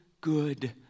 good